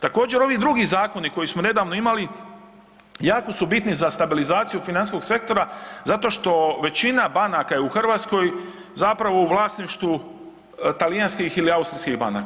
Također, ovi drugi zakoni koji smo nedavno imali jako su bitni za stabilizaciju financijskog sektora zato što većina banaka je u Hrvatskoj zapravo u vlasništvu talijanskih ili austrijskih banaka.